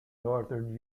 northern